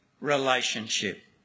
relationship